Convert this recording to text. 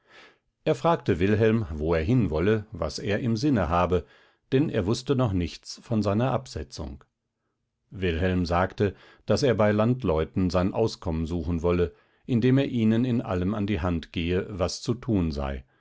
er fragte wilhelm wo er hinwolle was er im sinne habe denn er wußte noch nichts von seiner absetzung wilhelm sagte daß er bei landleuten sein auskommen suchen wolle indem er ihnen in allem an die hand gehe was zu tun sei